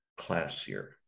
classier